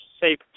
safe